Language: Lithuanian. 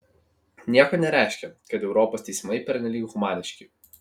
nieko nereiškia kad europos teismai pernelyg humaniški